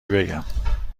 بگم